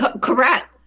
Correct